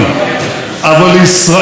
אבל לישראל,